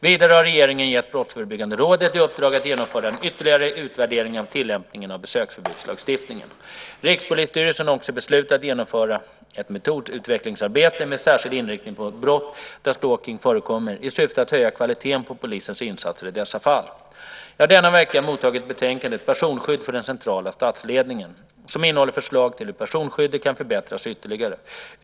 Vidare har regeringen gett Brottsförebyggande rådet i uppdrag att genomföra en ytterligare utvärdering av tillämpningen av besöksförbudslagstiftningen. Rikspolisstyrelsen har också beslutat genomföra ett metodutvecklingsarbete med särskild inriktning på brott där stalking förekommer, i syfte att höja kvaliteten på polisens insatser i dessa fall. Jag har denna vecka mottagit betänkandet Personskyddet för den centrala statsledningen , som innehåller förslag till hur personskyddet kan förbättras ytterligare.